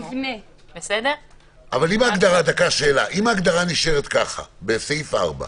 אם ההגדרה נשארת כך, בסעיף 4,